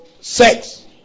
sex